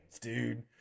dude